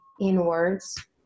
inwards